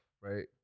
right